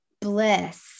bliss